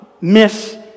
miss